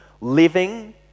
living